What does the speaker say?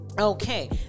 Okay